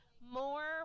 more